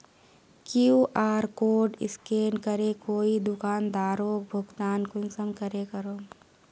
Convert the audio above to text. QR code scan करे कोई दुकानदारोक भुगतान कुंसम करे करूम?